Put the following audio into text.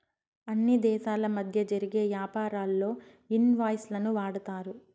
అన్ని దేశాల మధ్య జరిగే యాపారాల్లో ఇన్ వాయిస్ లను వాడతారు